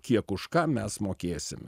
kiek už ką mes mokėsime